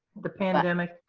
the pandemic,